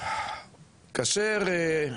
סגן שרת החינוך מאיר יצחק הלוי: כאשר אתה